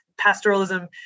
pastoralism